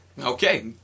Okay